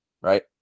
right